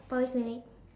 polyclinic